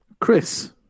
chris